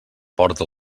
porta